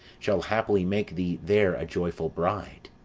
shall happily make thee there a joyful bride.